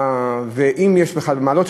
אם יש בכלל מעלות,